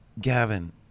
Gavin